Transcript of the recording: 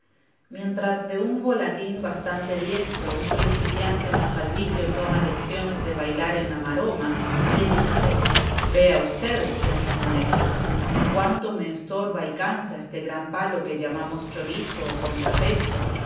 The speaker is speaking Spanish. mientras de un volatín bastante diestro un principiante mozalbillo toma lecciones de bailar en la maroma le dice vea usted señor maestro cuánto me estorba y cansa este gran palo que llamamos chorizo o contrapeso